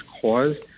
cause